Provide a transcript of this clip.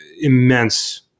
immense